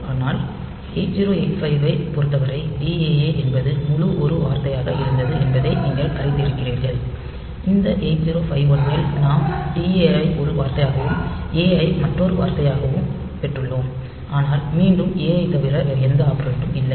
ஆனால் 8085 ஐப் பொறுத்தவரை DAA என்பது முழு ஒரே வார்த்தையாக இருந்தது என்பதை நீங்கள் அறிந்திருக்கிறீர்கள் இந்த 8051 இல் நாம் DA ஐ ஒரு வார்த்தையாகவும் A ஐ மற்றொரு வார்த்தையாகவும் பெற்றுள்ளோம் ஆனால் மீண்டும் A ஐத் தவிர வேறு எந்த ஆப்ரெண்ட் ம் இல்லை